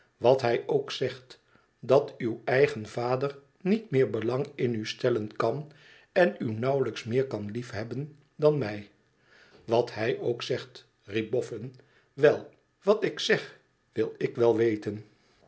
wat hij ook zegt dat uw eigen vader niet meer belang in u stellen kan en u nauwelijks meer kan liefhebben dan hij iwat hij ook zegt riep boffin wel wat ik zeg wil ik wel weten